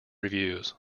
reviews